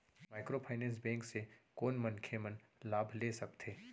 Microfinance bank से कोन मनखे मन लाभ ले सकथे?